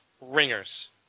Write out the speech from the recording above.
ringers